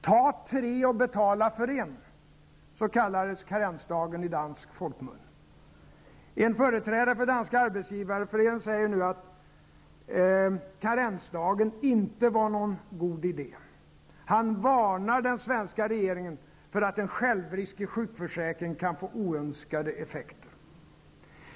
''Ta tre och betala för en'', kallades karensdagen i dansk folkmun. En företrädare för Danska arbetsgivareföreningen säger att karensdagen inte var någon god idé. Han varnar den svenska regeringen för att en självrisk i sjukförsäkringen kan få oönskade effekter.